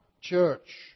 church